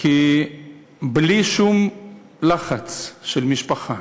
כי בלי שום לחץ של המשפחה,